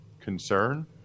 concern